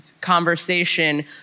conversation